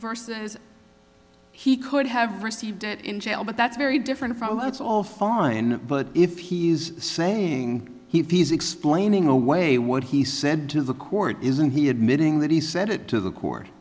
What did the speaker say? versus he could have received it in jail but that's very different from how it's all fine but if he's saying he's explaining away what he said to the court isn't he admitting that he said it to the court